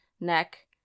neck